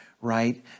right